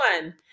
one